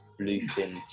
bluefin